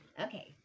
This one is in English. Okay